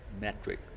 metric